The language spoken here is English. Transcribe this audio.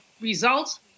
results